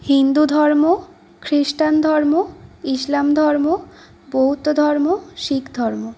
হিন্দু ধর্ম খৃষ্টান ধর্ম ইসলাম ধর্ম বৌদ্ধ ধর্ম শিখ ধর্ম